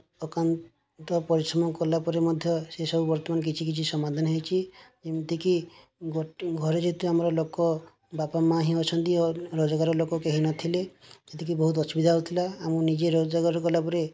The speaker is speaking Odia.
ଅକ୍ଲାନ୍ତ ପରିଶ୍ରମ କଲାପରେ ମଧ୍ୟ ସେ ସବୁ ବର୍ତ୍ତମାନ କିଛି କିଛି ସମାଧାନ ହେଇଛି ଏମିତିକି ଘରେ ଯେହେତୁ ଆମର ଲୋକ ବାପା ମା ହିଁ ଅଛନ୍ତି ରୋଜଗାର ଲୋକ କେହି ନଥିଲେ ସେଠିକି ବହୁତ ଅସୁବିଧା ହେଉଥିଲା ଆମେ ନିଜେ ରୋଜଗାର କଲାପରେ